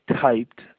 typed